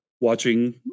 watching